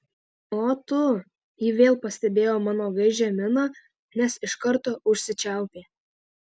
o tu ji vėl pastebėjo mano gaižią miną nes iš karto užsičiaupė